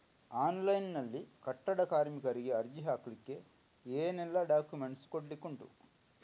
Online ನಲ್ಲಿ ಕಟ್ಟಡ ಕಾರ್ಮಿಕರಿಗೆ ಅರ್ಜಿ ಹಾಕ್ಲಿಕ್ಕೆ ಏನೆಲ್ಲಾ ಡಾಕ್ಯುಮೆಂಟ್ಸ್ ಕೊಡ್ಲಿಕುಂಟು?